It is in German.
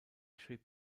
schrieb